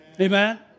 Amen